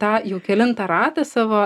tą jau kelintą ratą savo